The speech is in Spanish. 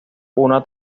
una